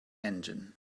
engine